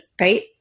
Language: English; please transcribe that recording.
right